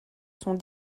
sont